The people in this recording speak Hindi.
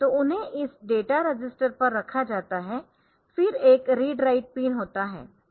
तो उन्हें इस डेटा रजिस्टर पर रखा जाता है फिर एक रीड राइट पिन होता है